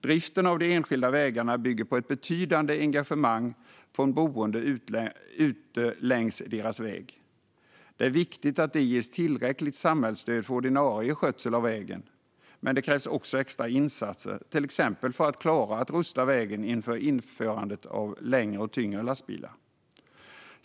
Driften av de enskilda vägarna bygger på ett betydande engagemang från boende längs vägarna. Det är viktigt att de ges tillräckligt samhällsstöd för ordinarie skötsel av vägen. Men det krävs också extra insatser, till exempel för att klara att rusta vägen inför införandet av längre och tyngre lastbilar.